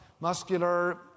muscular